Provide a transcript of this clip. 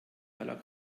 aller